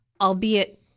albeit